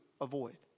avoid